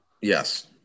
Yes